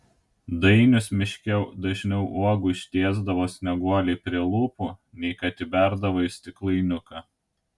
dainius miške dažniau uogų ištiesdavo snieguolei prie lūpų nei kad įberdavo į stiklainiuką